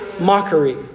mockery